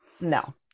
no